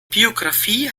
biographie